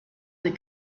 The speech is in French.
des